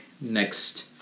next